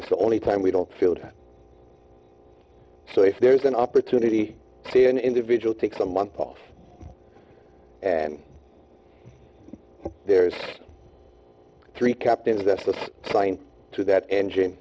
it's the only time we don't feel that so if there's an opportunity there an individual takes a month off and there's three captains that's a sign to that engine